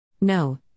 No